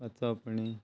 आतां पाणी